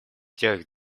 тех